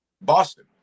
Boston